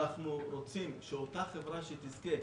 אנחנו רוצים שאותה חברה שתזכה,